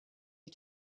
you